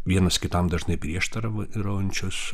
vienas kitam dažnai prieštaraujančius